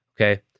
okay